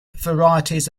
varieties